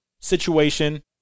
situation